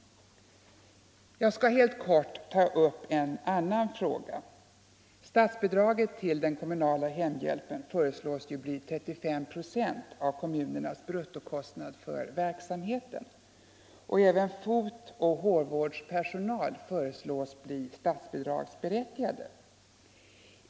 Jag skall sedan helt kort ta upp en annan fråga. Statsbidraget till den kommunala hemhjälpen föreslås bli 35 procent av kommunernas bruttokostnad för verksamheten. Även fotoch hårvårdspersonal föreslås bli statsbidragsberättigad.